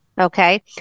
okay